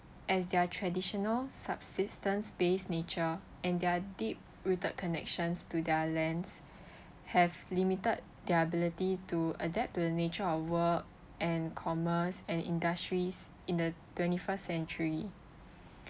as their traditional subsistence based nature and their deep rooted connections to their lands have limited their ability to adapt to the nature of world and commerce and industries in the twenty first century